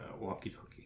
walkie-talkie